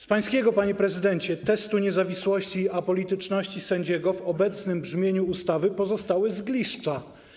Z pańskiego, panie prezydencie, testu niezawisłości i apolityczności sędziego w obecnym brzmieniu ustawy pozostały zgliszcza.